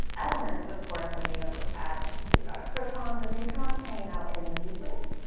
elements of course are made up of atoms. we've got our protons and neutrons hanging out in the neucleus.